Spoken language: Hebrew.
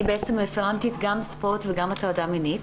אני רפרנטית ספורט וגם הטרדה מינית.